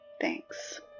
Thanks